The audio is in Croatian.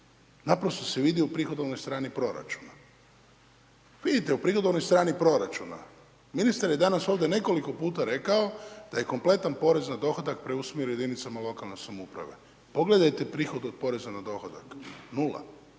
naprosto se vidi u prihodovnoj strani proračuna. Vidite u prihodovnoj strani proračuna. Ministar je danas ovdje nekoliko puta rekao da je kompletan porez na dohodak preusmjerio jedinicama lokalne samouprave. Pogledajte prihod od poreza na dohodak, nula.